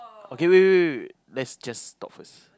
okay wait wait wait wait let's just stop first